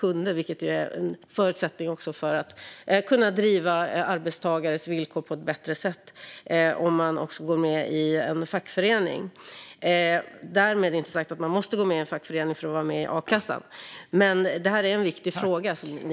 Att gå med i en fackförening är också en förutsättning för att arbetstagares villkor ska kunna drivas på ett bättre sätt. Därmed inte sagt att man måste gå med i en fackförening för att vara med i a-kassan.